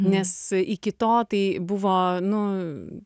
nes iki to tai buvo nu